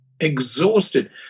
exhausted